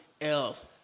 else